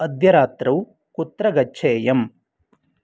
अद्य रात्रौ कुत्र गच्छेयम्